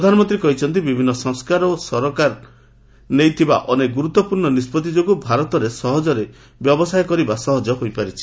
ପ୍ରଧାନମନ୍ତ୍ରୀ କହିଛନ୍ତି ବିଭିନ୍ନ ସଂସ୍କାର ଓ ସରକାର ନେଇଥିବା ଅନେକ ଗୁରୁତ୍ୱପୂର୍ଣ୍ଣ ନିଷ୍କଭି ଯୋଗୁଁ ଭାରତରେ ସହଜରେ ବ୍ୟବସାୟ କରିବା ସହଜ ହୋଇପାରିଛି